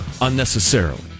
unnecessarily